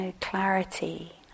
clarity